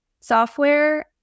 software